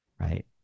Right